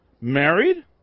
Married